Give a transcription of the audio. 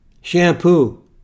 shampoo